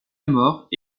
mort